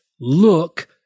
look